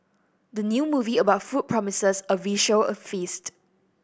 the new movie about food promises a visual feast